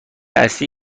اصلی